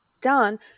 done